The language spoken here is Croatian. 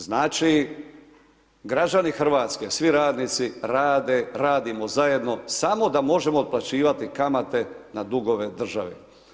Znači građani Hrvatske, svi radnici, rade, radimo zajedno samo da možemo otplaćivati kamate na dugove države.